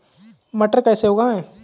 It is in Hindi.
मटर कैसे उगाएं?